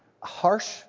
harsh